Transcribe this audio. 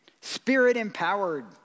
spirit-empowered